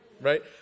right